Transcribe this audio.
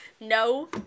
No